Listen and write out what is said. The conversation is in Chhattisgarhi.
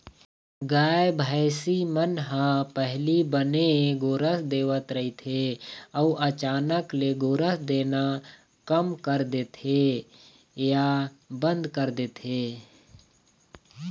गाय, भइसी मन ह पहिली बने गोरस देवत रहिथे अउ अचानक ले गोरस देना कम कर देथे या बंद कर देथे